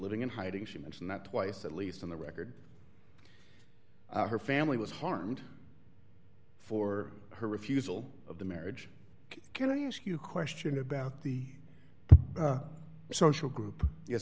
living in hiding she mentioned that twice at least on the record her family was harmed for her refusal of the marriage kill you ask you question about the social group yes